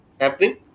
happening